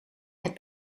het